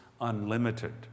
unlimited